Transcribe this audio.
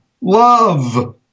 love